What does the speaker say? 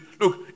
look